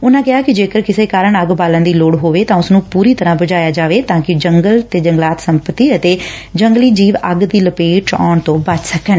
ਉਨਾ ਕਿਹਾ ਕਿ ਜੇਕਰ ਕਿਸੇ ਕਾਰਨ ਅੱਗ ਬਾਲਣ ਦੀ ਲੋੜ ਹੋਵੇ ਤਾਂ ਉਸ ਨੁੰ ਪੁਰੀ ਤਰਾਂ ਬੁਝਾਇਆ ਜਾਵੇ ਤਾਂ ਕਿ ਜੰਗਲ ਜੰਗਲਾਤ ਸੰਪਤੀ ਅਤੇ ਜੰਗਲੀ ਜੀਵ ਅੱਗ ਦੀ ਲਪੇਟ ਚ ਆਉਣ ਤੋਂ ਬਚ ਸਕਣ